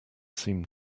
seem